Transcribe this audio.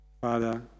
Father